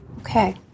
Okay